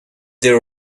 their